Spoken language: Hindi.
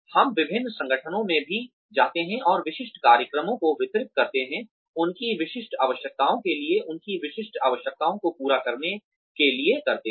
हम विभिन्न संगठनों में भी जाते हैं और विशिष्ट कार्यक्रमों को वितरित करते हैं उनकी विशिष्ट आवश्यकताओं के लिए उनकी विशिष्ट आवश्यकताओं को पूरा करने के लिए करते है